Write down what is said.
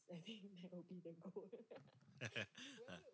uh